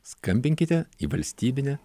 skambinkite į valstybinę